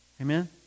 Amen